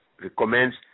recommends